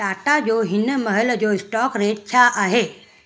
टाटा जो हिन महिल जो स्टॉक रेट छा आहे